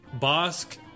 Bosk